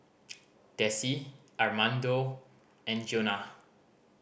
Dessie Armando and Jonah